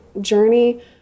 journey